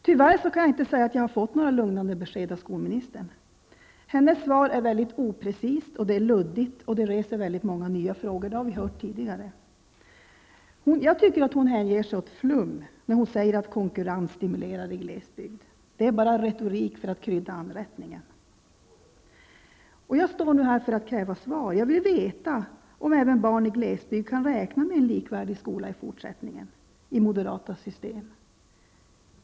Tyvärr kan jag inte säga att jag har fått några lugnande besked av skolministern. Hennes svar är mycket oprecist och luddigt, och det reser många nya frågor -- det har vi hört tidigare. Jag tycker att hon hänger sig åt flum, när hon säger att konkurrens stimulerar i glesbygd. Det är bara retorik för att krydda anrättningen. Jag står nu här för att kräva svar. Jag vill veta om även barn i glesbygd kan räkna med en likvärdig skola i fortsättningen i moderata system.